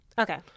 okay